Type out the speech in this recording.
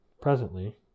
presently